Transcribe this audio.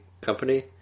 company